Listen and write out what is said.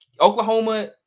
Oklahoma